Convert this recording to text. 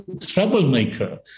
troublemaker